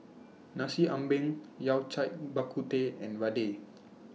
Nasi Ambeng Yao Cai Bak Kut Teh and Vadai